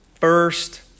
first